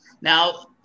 Now